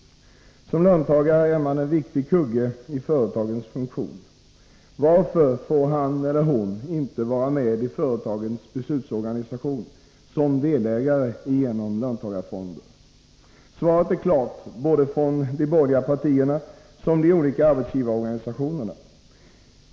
Som löntagare är man en viktig kugge i företagens funktion. Varför får då han eller hon inte vara med i företagens beslutsorganisation som delägare genom löntagarfonderna? Svaret är klart både från de borgerliga partierna och från de olika arbetsgivarorganisationerna.